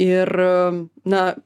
ir na